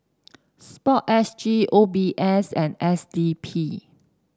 sport S G O B S and S D P